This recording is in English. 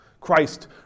Christ